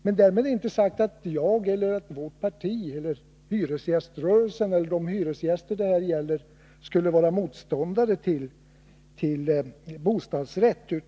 Men därmed är inte sagt att jag, vårt parti, hyresgäströrelsen eller de hyresgäster det här gäller skulle vara motståndare till bostadsrätt.